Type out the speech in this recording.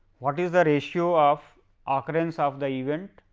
what is the ratio of occurrence of the event,